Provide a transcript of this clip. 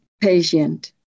patient